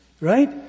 Right